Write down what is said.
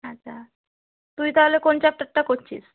আচ্ছা তুই তাহলে কোন চ্যাপ্টারটা করছিস